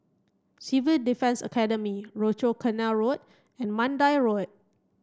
Civil Defence Academy Rochor Canal Road and Mandai Road